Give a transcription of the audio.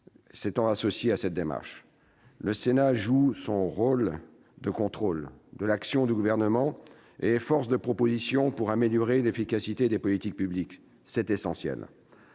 se sont associés à cette démarche. Le Sénat joue son rôle de contrôle de l'action du Gouvernement et est une force de proposition pour améliorer l'efficacité des politiques publiques- c'est essentiel